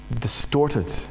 distorted